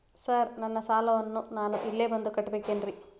Sir ನನ್ನ ಸಾಲವನ್ನು ನಾನು ಇಲ್ಲೇ ಬಂದು ಕಟ್ಟಬೇಕೇನ್ರಿ?